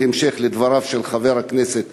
בהמשך לדבריו של חבר הכנסת